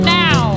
now